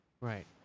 Right